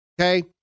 Okay